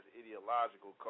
ideological